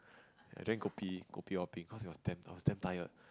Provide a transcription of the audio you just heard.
I drink kopi kopi-O-bing cause I was damn I was damn tired